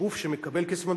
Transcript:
שגוף שמקבל כסף מהמדינה,